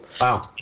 Wow